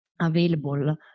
available